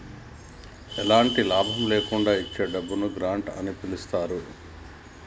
ఎలాంటి లాభం లేకుండా ఇచ్చే డబ్బును గ్రాంట్ అని పిలుత్తారు